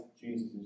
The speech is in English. Jesus